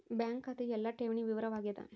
bank ಖಾತೆಯು ಎಲ್ಲ ಠೇವಣಿ ವಿವರ ವಾಗ್ಯಾದ